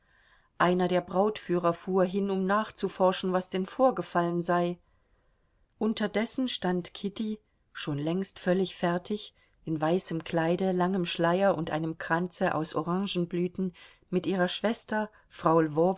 einer der brautführer fuhr hin um nachzuforschen was denn vorgefallen sei unterdessen stand kitty schon längst völlig fertig in weißem kleide langem schleier und einem kranze aus orangenblüten mit ihrer schwester frau